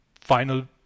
final